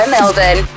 Melbourne